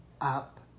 up